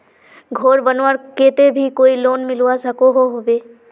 घोर बनवार केते भी कोई लोन मिलवा सकोहो होबे?